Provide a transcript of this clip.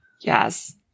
yes